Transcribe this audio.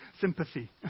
sympathy